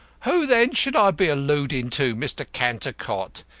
who then should i be alludin' to, mr. cantercot?